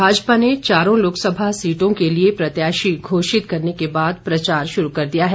भाजपा ने चारों लोकसभा सीटों के लिए प्रत्याशी घोषित करने के बाद प्रचार शुरू कर दिया है